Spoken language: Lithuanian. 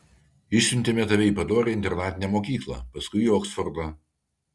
išsiuntėme tave į padorią internatinę mokyklą paskui į oksfordą